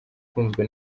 ukunzwe